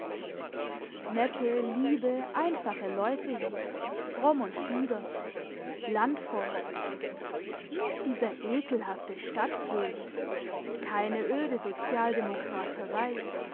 nette liebe einfache leute hier fromm und bieder landvolk nicht dieser ekelhafte stadtpöbel keine öde sozialdemokraterei